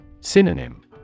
Synonym